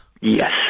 Yes